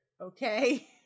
Okay